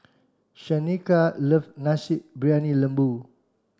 Shaneka love Nasi Briyani Lembu